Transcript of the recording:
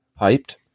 hyped